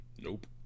nope